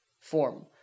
form